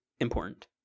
important